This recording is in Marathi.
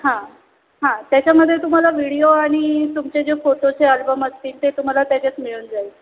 हां हां त्याच्यामध्ये तुम्हाला व्हिडीओ आणि तुमचे जे फोटोचे अल्बम असतील ते तुम्हाला त्याच्यात मिळून जाईल